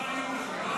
אני קובע ------ לא היו.